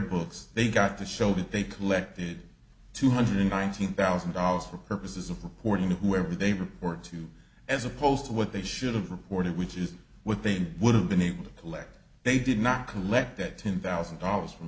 books they've got to show that they collected two hundred nineteen thousand dollars for purposes of reporting to whoever they report to as opposed to what they should have reported which is what they would have been able to collect they did not collect that ten thousand dollars from